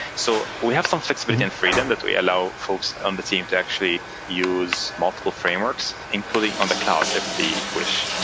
so we have some flexibility and freedom that we allow folks on the team to actually use multiple frameworks, including on the cloud if they wish.